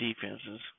defenses